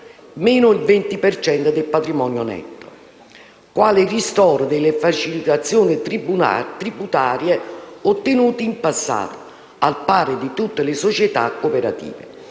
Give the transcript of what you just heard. per cento del patrimonio netto), quale ristoro delle facilitazioni tributarie ottenute in passato, al pari di tutte le società cooperative.